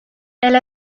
elle